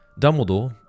Dumbledore